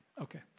Okay